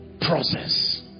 Process